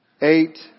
eight